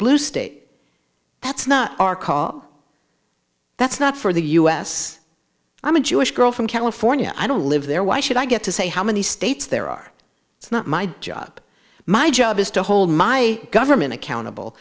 blue state that's not our call that's not for the u s i'm a jewish girl from california i don't live there why should i get to say how many states there are it's not my job my job is to hold my government accountable